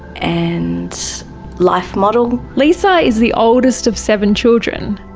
and life model. lisa is the oldest of seven children.